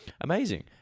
amazing